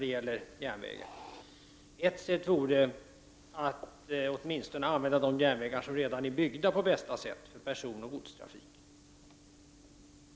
T.ex.kunde man väl åtminstone använda de järnvägar som redan finns på bästa sätt för personoch godstrafik.